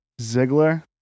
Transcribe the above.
ziggler